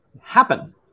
happen